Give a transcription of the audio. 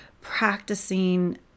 practicing